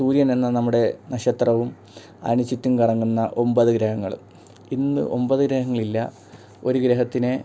സൂര്യനെന്ന നമ്മുടെ നക്ഷത്രവും അതിനു ചുറ്റും കറങ്ങുന്ന ഒൻപത് ഗ്രഹങ്ങളും ഇന്ന് ഒൻപത് ഗ്രഹങ്ങളില്ല ഒരു ഗ്രഹത്തിനെ